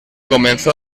comenzó